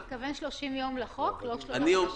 אתה מתכוון 30 יום לחוק, לא שלושה חודשים?